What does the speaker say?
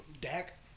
Dak